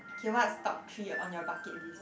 kay what's top three on your bucketlist